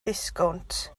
disgownt